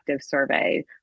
survey